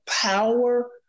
power